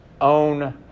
own